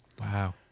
Wow